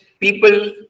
people